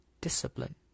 discipline